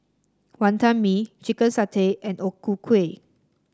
Wonton Mee Chicken Satay and O Ku Kueh